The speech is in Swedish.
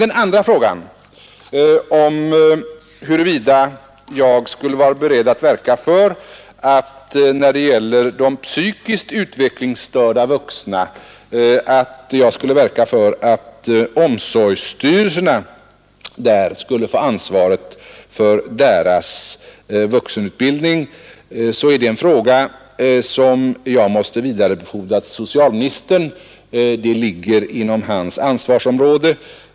Den andra frågan om huruvida jag skulle vara beredd att när det gäller de psykiskt utvecklingsstörda vuxna verka för att omsorgsstyrelserna skulle få ansvaret för deras vuxenutbildning, så är det en fråga som jag måste vidarebefordra till socialministern. Den frågan ligger nämligen inom hans ansvarsområde.